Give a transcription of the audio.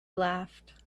laughed